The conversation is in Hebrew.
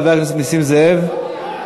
חבר הכנסת נסים זאב, נוכח.